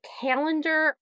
calendar